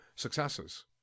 successes